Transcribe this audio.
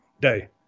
day